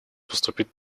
поступить